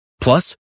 Plus